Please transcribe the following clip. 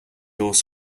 was